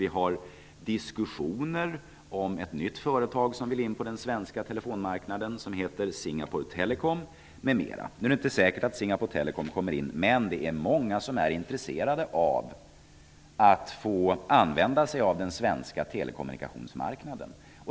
Det förs diskussioner med ett nytt företag, Singapore Telecom, som vill in på den svenska telefonmarknaden. Det är inte säkert att Singapore Telecom kommer in, men det är många som är intresserade av att få använda sig av den svenska telekommunikationsmarknaden.